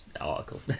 article